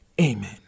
Amen